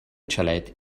xalet